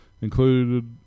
included